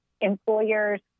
employers